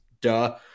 duh